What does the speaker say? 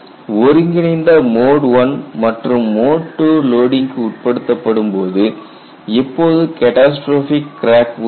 ஒருங்கிணைந்த mode I மற்றும் mode II லோடிங்க்கு உட்படுத்தப்படும் போது எப்போது கேடாஸ்றோஃபிக் கிராக் உருவாகும்